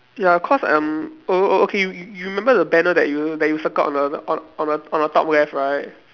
ya cause um o~ okay you you you remember the banner that you that you circled on the on on the on the top left right